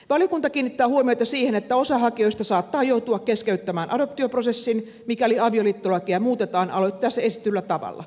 valiokunta kiinnittää huomiota siihen että osa hakijoista saattaa joutua keskeyttämään adoptioprosessin mikäli avioliittolakia muutetaan aloitteessa esitetyllä tavalla